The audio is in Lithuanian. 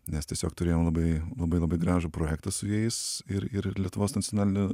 nes tiesiog turėjom labai labai labai gražų projektą su jais ir ir lietuvos nacionaliniu